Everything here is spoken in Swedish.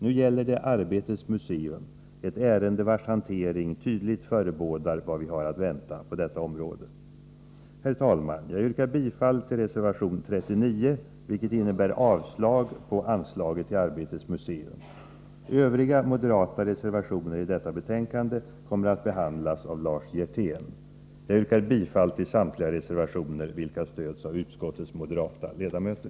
Nu gäller det Arbetets museum, ett ärende vars hantering tydligt förebådar vad vi har att vänta på detta område. Herr talman! Jag yrkar bifall till reservation 39, vilket innebär avslag på anslaget till Arbetets museum. Övriga moderata reservationer i detta betänkande kommer att behandlas av Lars Hjertén. Jag yrkar bifall till samtliga reservationer vilka stöds av utskottets moderata ledamöter.